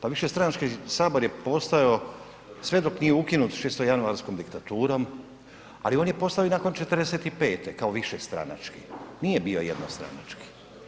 Pa višestranački Sabor je postojao sve dok nije ukinut Šestojanuarskom diktaturom ali on je postojao i nakon '45. kao višestranački, nije bio jednostranački.